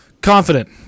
Confident